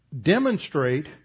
demonstrate